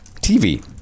TV